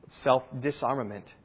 self-disarmament